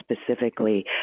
specifically